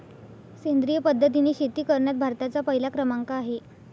सेंद्रिय पद्धतीने शेती करण्यात भारताचा पहिला क्रमांक आहे